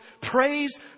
Praise